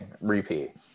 repeat